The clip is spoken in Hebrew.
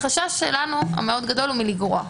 החשש המאוד גדול שלנו הוא מלגרוע,